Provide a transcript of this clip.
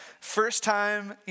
first-time